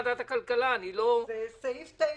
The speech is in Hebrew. זה סעיף 9(ג)